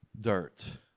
dirt